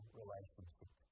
relationship